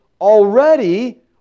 Already